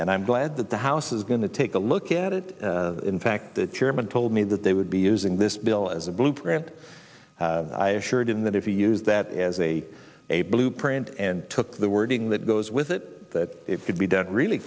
and i'm glad that the house is going to take a look at it in fact the chairman told me that they would be using this bill as a blueprint i assured him that if you use that as a a blueprint and took the wording that goes with it that it could be dead really